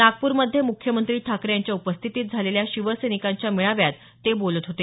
नागपूरमध्ये मुख्यमंत्री ठाकरे यांच्या उपस्थितीत झालेल्या शिवसैनिकांच्या मेळाव्यात ते बोलत होते